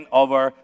over